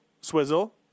Swizzle